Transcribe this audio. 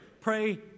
Pray